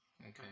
Okay